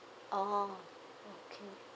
oh okay